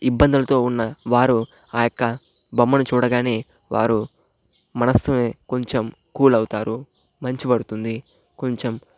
ఇబ్బందులతో ఉన్నవారు ఆ యొక్క బొమ్మను చూడగానే వారు మనసుని కొంచెం కూల్ అవుతారు మంచి పడుతుంది కొంచెం